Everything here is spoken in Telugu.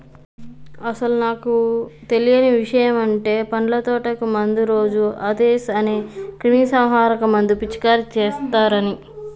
అసలు నాకు తెలియని ఇషయమంటే పండ్ల తోటకు మందు రోజు అందేస్ అనే క్రిమీసంహారక మందును పిచికారీ చేస్తారని